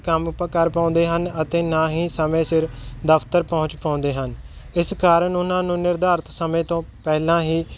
ਕੰਮ ਆਪਾਂ ਕਰ ਪਾਉਂਦੇ ਹਨ ਅਤੇ ਨਾ ਹੀ ਸਮੇਂ ਸਿਰ ਦਫ਼ਤਰ ਪਹੁੰਚ ਪਾਉਂਦੇ ਹਨ ਇਸ ਕਾਰਨ ਉਹਨਾਂ ਨੂੰ ਨਿਰਧਾਰਿਤ ਸਮੇਂ ਤੋਂ ਪਹਿਲਾਂ ਹੀ